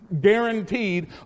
guaranteed